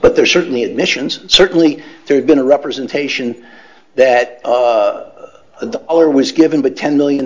but they're certainly admissions certainly there has been a representation that the order was given but ten million